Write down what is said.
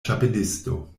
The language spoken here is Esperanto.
ĉapelisto